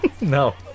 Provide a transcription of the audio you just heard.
No